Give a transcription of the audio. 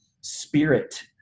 spirit